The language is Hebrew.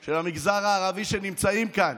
של המגזר הערבי שנמצאים כאן